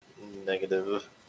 Negative